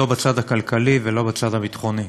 לא בצד הכלכלי ולא בצד הביטחוני.